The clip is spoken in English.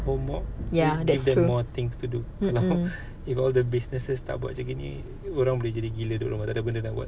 ya that's true mm mm